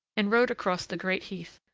and rode across the great heath,